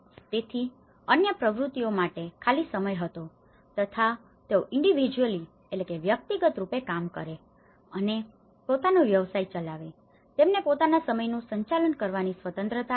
તેથી અન્ય પ્રવૃત્તિઓ માટે ખાલી સમય હતો તથા તેઓ ઇન્ડીવિજયુઅલી individually વ્યક્તિગત રૂપે કામ કરે છે અને પોતાનો વ્યવસાય ચલાવે છે જે તેમને પોતાના સમયનું સંચાલન કરવાની સ્વતંત્રતા આપે છે